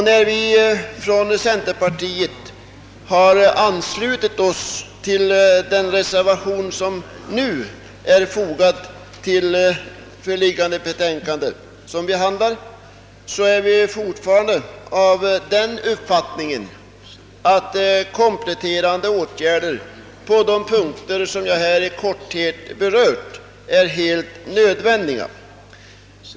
När vi från centerpartiet har anslutit oss till den reservation som nu är fogad till föreliggande betänkande, är vi fortfarande av den uppfattningen att kompletterande åtgärder på de punkter jag här i korthet berört är helt nödvändiga.